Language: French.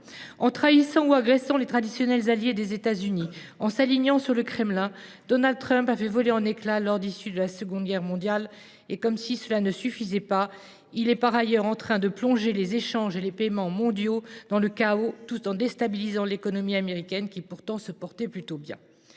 En trahissant ou agressant les traditionnels alliés des États Unis, en s’alignant sur le Kremlin, Donald Trump a fait voler en éclats l’ordre issu de la Seconde Guerre mondiale. Comme si cela ne suffisait pas, il est par ailleurs en train de plonger les échanges et les paiements mondiaux dans le chaos, tout en déstabilisant l’économie américaine qui, pourtant, se portait plutôt bien.